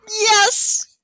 Yes